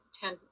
ten